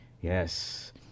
Yes